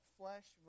flesh